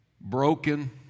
broken